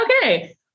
okay